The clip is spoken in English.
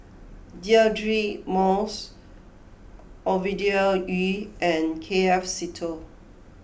Deirdre Moss Ovidia Yu and K F Seetoh